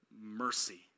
mercy